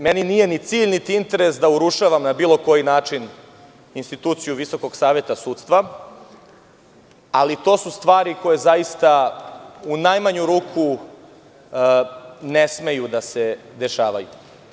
Meni nije ni cilj, niti interes da urušavam na bilo koji način instituciju Visokog saveta sudstva, ali to su stvari koje zaista, u najmanju ruku ne smeju da se dešavaju.